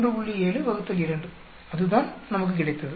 7 ÷ 2 அதுதான் நமக்குக் கிடைத்தது